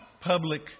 public